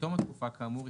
בתום התקופה כאמור,